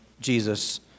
Jesus